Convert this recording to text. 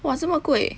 !wah! 这么贵